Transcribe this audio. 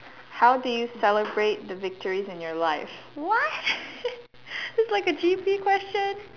how do you celebrate the victories in your life what it's like a G_P question